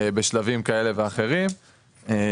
בשלבים כאלה ואחרים.